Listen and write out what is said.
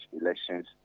elections